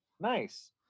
Nice